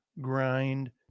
grind